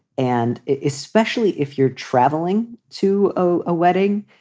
and especially if you're traveling to a ah wedding.